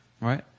Right